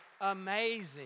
amazing